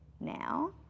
now